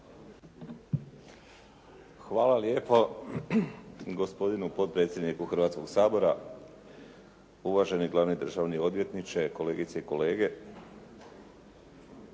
Hvala lijepo gospodinu potpredsjedniku Hrvatskog sabora, uvaženi glavni državni odvjetniče, kolegice i kolege.